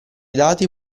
dati